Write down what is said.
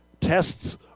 tests